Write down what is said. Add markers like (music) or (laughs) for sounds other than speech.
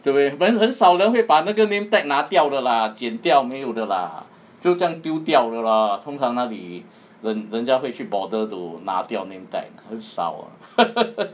对不对人很少人会把那个 name tag 拿掉的 lah 剪掉没有的 lah 就这样丢掉了 lor 通常哪里人人家会去 bother to 拿掉 name tag 很少 (laughs)